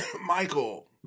Michael